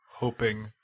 hoping